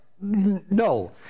no